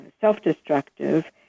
self-destructive